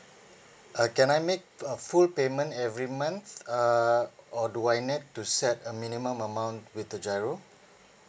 uh can I make a full payment every month uh or do I need to set a minimum amount with the GIRO